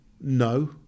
no